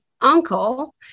uncle